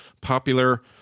popular